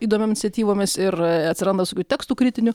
įdomiom iniciatyvomis ir atsiranda visokių tekstų kritinių